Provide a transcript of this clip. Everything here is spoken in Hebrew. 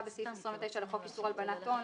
בסעיף 29 לחוק איסור הלבנת הון,